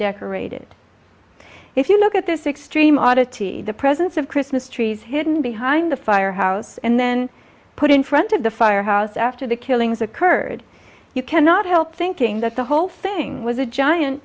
decorated if you look at this exchange oddity the presence of christmas trees hidden behind the firehouse and then put in front of the firehouse after the killings occurred you cannot help thinking that the whole thing was a giant